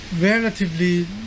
relatively